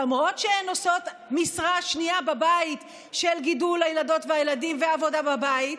למרות שהן עושות משרה שנייה בבית של גידול הילדות והילדים ועבודה בבית,